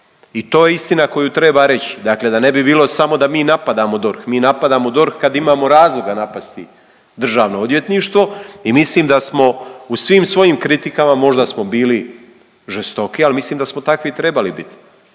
I to je istina koju treba reći. Dakle, da ne bi bilo samo da mi napadamo DORH. Mi napadamo DORH kad imamo razloga napasti državno odvjetništvo i mislim da smo u svim svojim kritikama možda smo bili žestoki, ali mislim da smo takvi trebali biti.